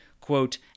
quote